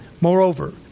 Moreover